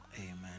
Amen